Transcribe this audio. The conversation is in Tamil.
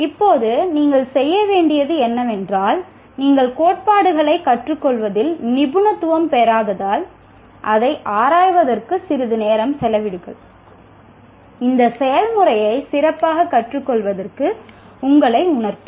இப்போது நீங்கள் செய்ய வேண்டியது என்னவென்றால் நீங்கள் கோட்பாடுகளைக் கற்றுக்கொள்வதில் நிபுணத்துவம் பெறாததால் அதை ஆராய்வதற்கு சிறிது நேரம் செலவிடுவது இந்த செயல்முறையை சிறப்பாகக் கற்றுக்கொள்வதற்கு உங்களை உணர்த்தும்